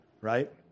right